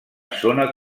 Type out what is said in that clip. zona